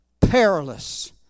perilous